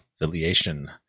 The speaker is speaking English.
affiliation